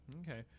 okay